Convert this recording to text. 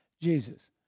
Jesus